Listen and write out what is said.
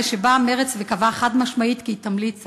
הרי שבאה מרצ וקבעה חד-משמעית כי היא תמליץ